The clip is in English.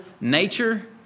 nature